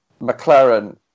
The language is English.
McLaren